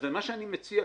אז מה שאני מציע,